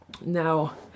Now